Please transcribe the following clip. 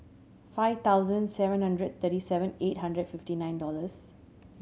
five thousand seven hundred thirty seven eight hundred fifty nine dollars